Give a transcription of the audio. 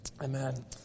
Amen